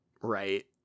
right